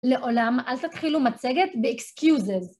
לעולם, אל תתחילו מצגת ב-excuses.